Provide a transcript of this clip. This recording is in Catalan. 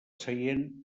seient